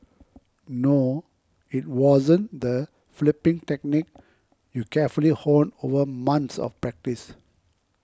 no it wasn't the flipping technique you carefully honed over months of practice